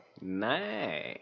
Nice